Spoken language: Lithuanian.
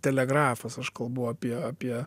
telegrafas aš kalbu apie apie